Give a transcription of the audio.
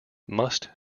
must